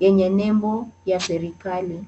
yenye nembo ya serikali.